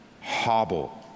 hobble